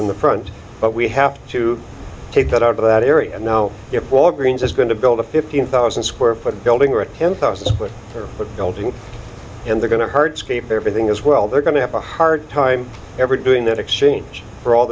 in the front but we have to take that out of that area and now if walgreens is going to build a fifteen thousand square foot building or a ten thousand square foot building and they're going to hard to keep everything as well they're going to have a hard time ever doing that exchange for all